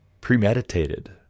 premeditated